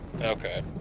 Okay